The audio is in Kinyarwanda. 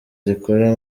zikora